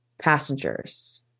passengers